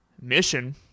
Mission